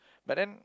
but then